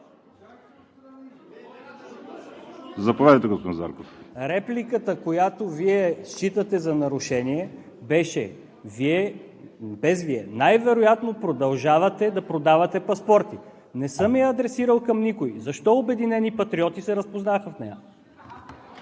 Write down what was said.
Заповядайте, господин Зарков. КРУМ ЗАРКОВ: Репликата, която Вие считате за нарушение, беше… Вие, без Вие. „Най-вероятно продължавате да продавате паспорти.“ Не съм я адресирал към никой. Защо „Обединени патриоти“ се разпознаха в нея?!